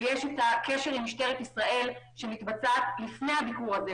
ויש את הקשר עם משטרת ישראל שמתבצע לפני הביקור הזה,